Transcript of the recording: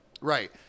right